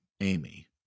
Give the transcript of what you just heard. Amy